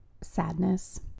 sadness